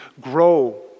grow